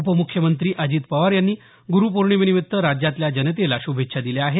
उपमुख्यमंत्री अजित पवार यांनी ग्रुपौर्णिमेनिमित्त राज्यातल्या जनतेला शुभेच्छा दिल्या आहेत